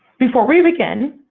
before we begin,